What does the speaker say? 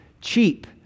cheap